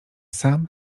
sam